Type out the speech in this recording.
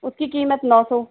उसकी कीमत नौ सौ